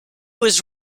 was